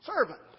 Servant